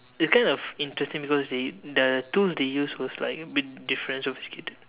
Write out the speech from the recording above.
it's kind of interesting because they the tools they use was like a bit different sophisticated